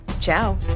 ciao